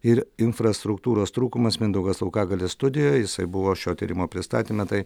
ir infrastruktūros trūkumas mindaugas laukagalis studijoj jisai buvo šio tyrimo pristatyme tai